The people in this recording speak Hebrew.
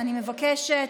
אני מבקשת.